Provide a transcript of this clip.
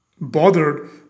bothered